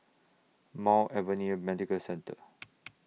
Mount Alvernia Medical Centre